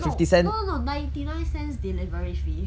no no no no ninety nine cents delivery fee